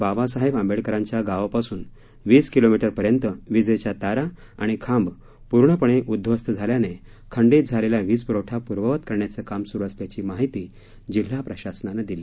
बाबासाहेब आंबेडकरांच्या गावापासून वीस किलोमीटरपर्यंत विजेच्या तारा आणि खांब पूर्णपणे उद्ध्वस्त झाल्यानं खंडित झालेला वीजप्रवठा पूर्ववत करण्याचं काम स्रु असल्याची माहिती जिल्हा प्रशासनानं दिली